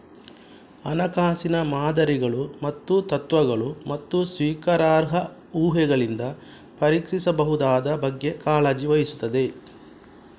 ಹಣಕಾಸಿನ ಮಾದರಿಗಳು ಮತ್ತು ತತ್ವಗಳು, ಮತ್ತು ಸ್ವೀಕಾರಾರ್ಹ ಊಹೆಗಳಿಂದ ಪರೀಕ್ಷಿಸಬಹುದಾದ ಬಗ್ಗೆ ಕಾಳಜಿ ವಹಿಸುತ್ತದೆ